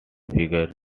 figure